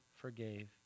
forgave